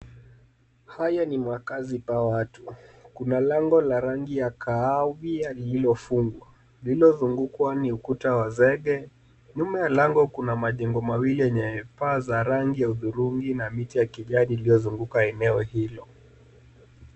Haya ni makaazi pa watu, kuna lango la rangi ya kahawia lilofungungwa ,limezungukwa ni ukuta wa zege. Nyuma ya lango kuna majengo mawili yenye paa za rangi ya hudhurungi na miti ya kijani iliyozunguka eneo hilo.